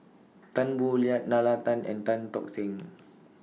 Tan Boo Liat Nalla Tan and Tan Tock Seng